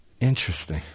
Interesting